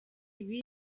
ibi